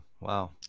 Wow